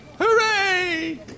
Hooray